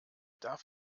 darf